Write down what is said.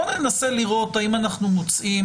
ננסה לראות האם,